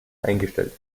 eingestellt